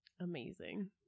amazing